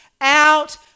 out